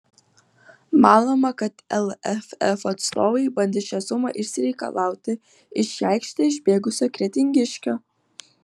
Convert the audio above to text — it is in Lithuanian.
manoma kad lff atstovai bandys šią sumą išsireikalauti iš į aikštę išbėgusio kretingiškio